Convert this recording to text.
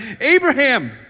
Abraham